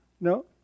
No